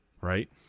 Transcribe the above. right